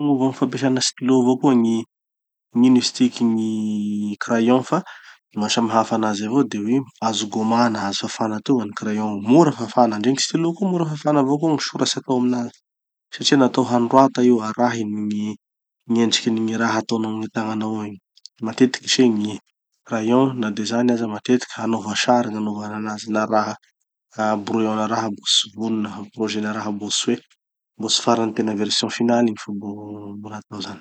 [tsy] miova amy fampiasana stylo avao koa gny, gn'ino izy tiky, gny crayon fa maha samy hafa anazy avao de hoe azo gomana, azo fafana teo gn'an'ny crayon igny. Mora fafana. Ndre gny stylo koa mora fafana avao koa gny soratsy atao aminazy satria natao hanorata io arahin'ny gny gn'endrikin'ny raha ataonao amy gny tagnanao egny. Matetiky se gny crayon, na de zany aza, matetiky hanova sary gny nanovana anazy na raha ah brouillon na raha mbo tsy vonona, projet-na raha mbo tsy hoe mbo tsy farany version finale igny fa mbo natao zany.